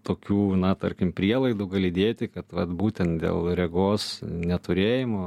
tokių na tarkim prielaidų gali dėti kad vat būtent dėl regos neturėjimo